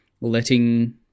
letting